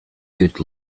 good